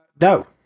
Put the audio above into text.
No